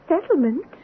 settlement